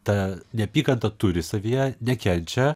tą neapykantą turi savyje nekenčia